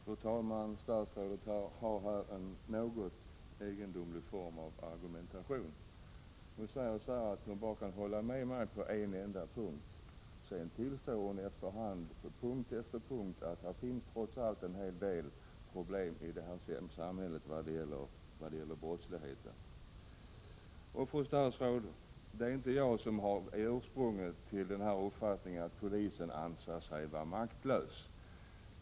Fru talman! Statsrådet har här en något egendomlig argumentation. Hon säger att hon kan hålla med mig bara på en enda punkt. Sedan tillstår hon efter hand på punkt efter punkt att det trots allt finns en hel del problem i vårt samhälle när det gäller brottsligheten. Det är inte jag, fru statsråd, som är ursprunget till uppfattningen att polisen anser sig vara maktlös.